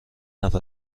نفر